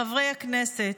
חברי הכנסת,